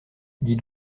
dit